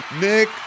Nick